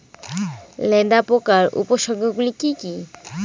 লেদা পোকার উপসর্গগুলি কি কি?